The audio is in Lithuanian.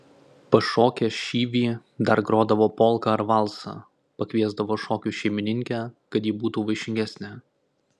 pašokę šyvį dar grodavo polką ar valsą pakviesdavo šokiui šeimininkę kad ji būtų vaišingesnė